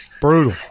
brutal